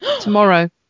tomorrow